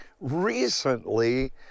recently